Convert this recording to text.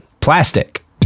Plastic